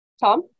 Tom